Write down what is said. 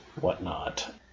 whatnot